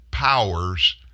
Powers